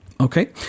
Okay